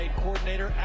coordinator